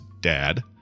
dad